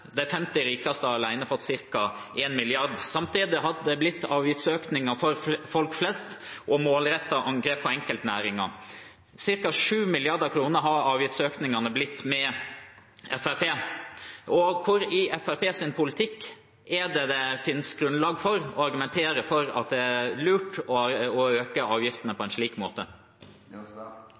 De 50 rikeste har alene fått ca. 1 mrd. kr. Samtidig har det blitt avgiftsøkninger for folk flest og målrettede angrep på enkeltnæringer. Cirka 7 mrd. kr har avgiftsøkningene blitt med Fremskrittspartiet. Hvor i Fremskrittspartiets politikk finnes det grunnlag for å argumentere for at det er lurt å øke avgiftene på en slik måte?